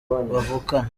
bavukana